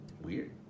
Weird